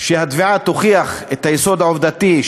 שהתביעה תוכיח את היסוד העובדתי,